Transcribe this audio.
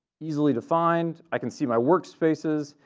easily defined. i can see my work spaces.